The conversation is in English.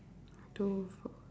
two four